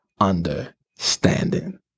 understanding